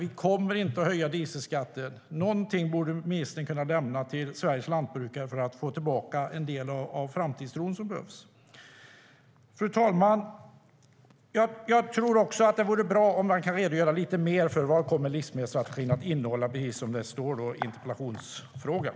Vi kommer inte att höja dieselskatten." Någonting borde ministern kunna lämna till Sveriges lantbrukare för att få tillbaka en del av den framtidstro som behövs. Fru talman! Jag tror också att det vore bra om han, precis som det står i interpellationen, kunde redogöra lite mer för vad livsmedelsstrategin kommer att innehålla.